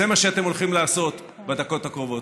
זה מה שאתם הולכים לעשות בדקות הקרובות.